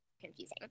confusing